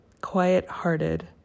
quiet-hearted